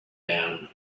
down